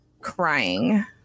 crying